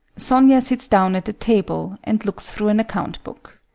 sonia sits down at the table and looks through an account book.